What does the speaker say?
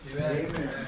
Amen